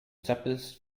zappelst